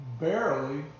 barely